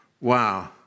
Wow